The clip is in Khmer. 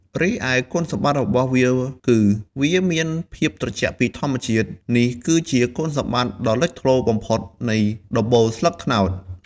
រីឯគុណសម្បត្តិរបស់វាគឺ វាមានភាពត្រជាក់ពីធម្មជាតិ នេះគឺជាគុណសម្បត្តិដ៏លេចធ្លោបំផុតនៃដំបូលស្លឹកត្នោត។